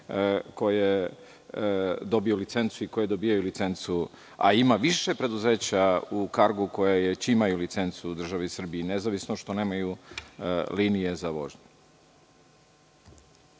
železničke uprave koje dobijaju licencu, a ima više preduzeća u Kargu koje već imaju licencu u državi Srbiji, i nezavisno što nemaju linije za vožnju.